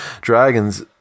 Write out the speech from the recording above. Dragons